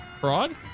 Fraud